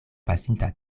pasinta